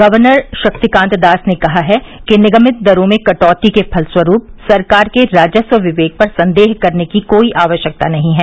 governor Shaktikanta Das ने कहा है कि निगमित दरों में कटौती के फलस्वरूप सरकार के राजस्व विवेक पर संदेह करने की कोई आवश्यकता नहीं है